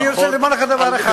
אני רוצה לומר לך דבר אחד.